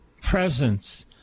presence